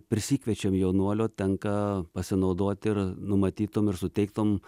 prisikviečiam jaunuolio tenka pasinaudoti ir numatytom ir suteiktom